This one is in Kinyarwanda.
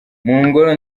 ngoro